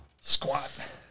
squat